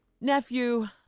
Nephew